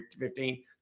15